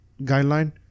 guideline